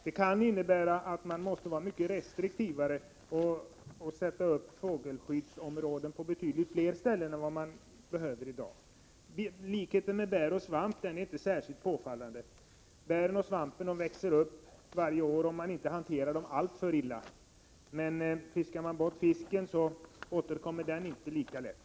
Det innebär att man måste vara mycket mer restriktiv och avsätta fågelskyddsområden på betydligt fler ställen än i dag. Likheten med bär och svamp är inte särskilt påfallande. Bär och svamp kommer tillbaka varje år om man inte hanterar dem alltför illa. Men om man fiskar bort fisken återkommer den inte lika lätt.